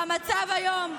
במצב היום,